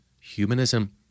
humanism